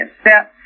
step